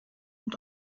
und